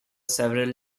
several